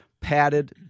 padded